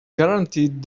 guaranteed